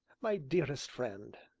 my dearest friend,